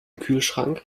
kühlschrank